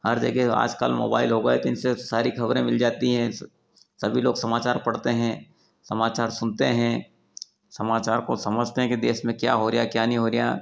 हर जगह आजकल मोबाइल हो गया तो इनसे सारी खबरें मिल जाती हैं सभी लोग समाचार पढ़ते हैं समाचार सुनते हैं समाचार को समझते हैं कि देश में क्या हो रहा क्या नहीं हो रहा